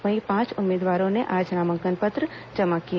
वहीं पांच उम्मीदवारों ने आज नामांकन पत्र जमा किए